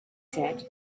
said